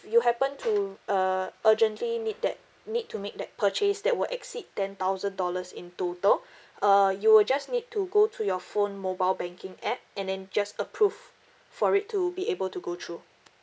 you happen to uh urgently need that need to make that purchase that will exceed ten thousand dollars in total uh you will just need to go to your phone mobile banking app and then just approve for it to be able to go through